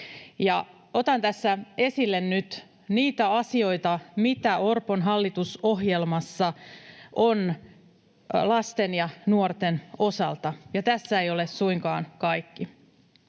Otan tässä esille nyt niitä asioita, mitä Orpon hallitusohjelmassa on lasten ja nuorten osalta, ja tässä eivät ole suinkaan kaikki.